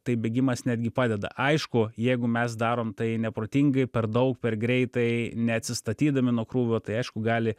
tai bėgimas netgi padeda aišku jeigu mes darom tai neprotingai per daug per greitai neatsistatydami nuo krūvio tai aišku gali